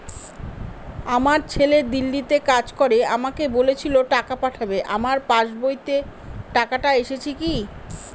আমার ছেলে দিল্লীতে কাজ করে আমাকে বলেছিল টাকা পাঠাবে আমার পাসবইতে টাকাটা এসেছে কি?